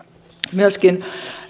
myöskin